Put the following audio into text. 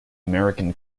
american